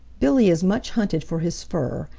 billy is much hunted for his fur,